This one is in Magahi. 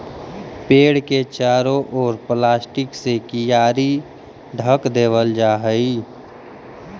पेड़ के चारों ओर प्लास्टिक से कियारी ढँक देवल जा हई